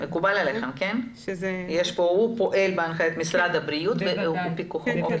הוא פועל בהנחיית משרד הבריאות ובפיקוחו.